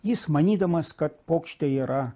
jis manydamas kad puokštė yra